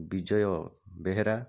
Bijay Behera